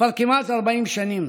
כבר כמעט 40 שנים